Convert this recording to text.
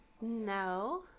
No